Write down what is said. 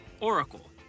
Oracle